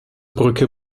brücke